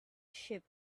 ship